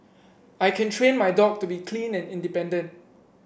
I can train my dog to be clean and independent